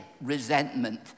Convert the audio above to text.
resentment